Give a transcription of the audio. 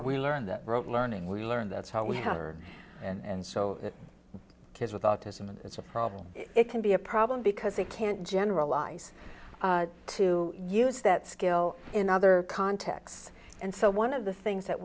we learned that rote learning we learned that's how we have are and so that kids with autism it's a problem it can be a problem because they can't generalize to use that skill in other contexts and so one of the things that